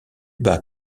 bas